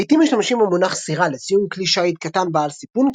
לעיתים משתמשים במונח "סירה" לציון כלי שיט קטן בעל סיפון,